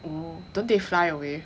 oh don't they fly away